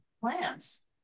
plants